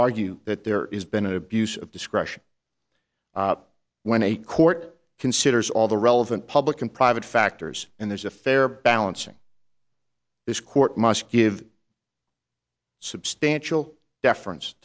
argue that there is been an abuse of discretion when a court considers all the relevant public and private factors and there's a fair balancing this court must give substantial deference